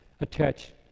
attached